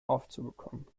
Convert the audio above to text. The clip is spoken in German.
aufzubekommen